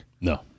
No